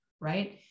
Right